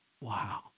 Wow